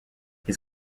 his